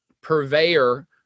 purveyor